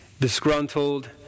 disgruntled